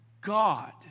God